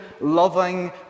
loving